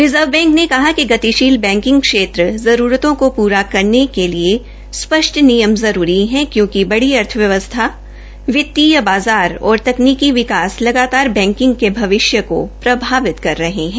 reserve bank ने कहा कि गतिशील बैंकिंग क्षेत्र की जरूरतों को पूरा करने के लिए स्पष्ट नियम जरूरी हैं जरूरी हैं क्योंकि बड़ी अर्थव्यवस्था वित्तीय बाजार और तकनीकी विकास बैंकिंग के भविष्य को प्रभावित कर रहे हैं